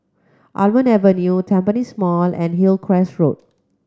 Almond Avenue Tampines Mall and Hillcrest Road